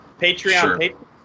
Patreon